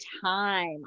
time